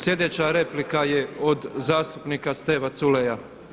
Sljedeća replika je od zastupnika Steve Culeja